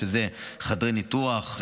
שזה חדרי ניתוח,